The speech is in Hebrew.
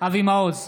אבי מעוז,